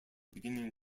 beginning